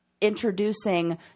introducing